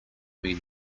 mean